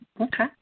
Okay